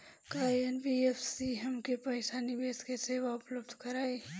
का एन.बी.एफ.सी हमके पईसा निवेश के सेवा उपलब्ध कराई?